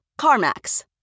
CarMax